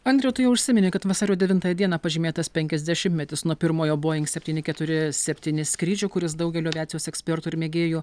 andriau tu jau užsiminei kad vasario devintąją dieną pažymėtas penkiasdešimtmetis nuo pirmojo boeing septyni keturi septyni skrydžio kuris daugelio aviacijos ekspertų ir mėgėjų